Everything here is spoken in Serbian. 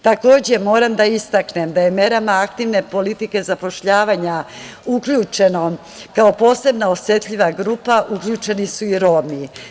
Takođe, moram da istaknem da je merama aktivne politike zapošljavanja uključeno kao posebno osetljiva grupa, uključeni su i Romi.